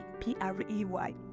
P-R-E-Y